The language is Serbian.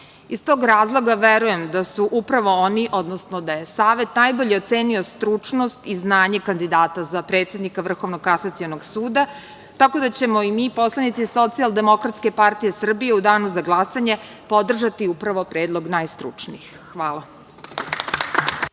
Iz tog razloga verujem da su upravo oni, odnosno da je Savet najbolje ocenio stručnost i znanje kandidata za predsednika Vrhovnog kasacionog suda, tako da ćemo i mi poslanici Socijaldemokratske partije Srbije u danu za glasanje podržati upravo predlog najstručnijih. Hvala.